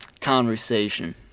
conversation